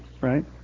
right